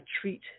treat